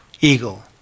eagle